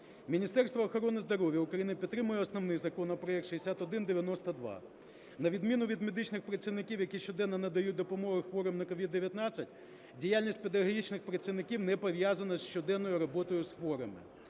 Міністерство охорони здоров'я України підтримує основний законопроект 6192. На відміну від медичних працівників, які щоденно надають допомогу хворим на COVID-19, діяльність педагогічних працівників не пов'язана з щоденною роботою з хворими.